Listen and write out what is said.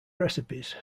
recipes